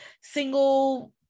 single